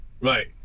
Right